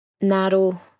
narrow